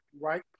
right